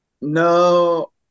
No